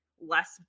less